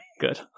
good